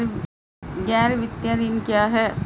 गैर वित्तीय ऋण क्या है?